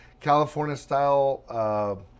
California-style